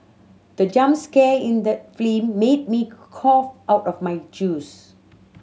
the jump scare in the film made me cough out of my juice